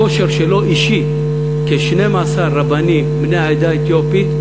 בכושר שלו אישי, כ-12 רבנים בני העדה האתיופית,